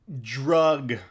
drug